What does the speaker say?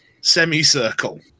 semicircle